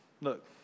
look